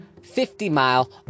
50-mile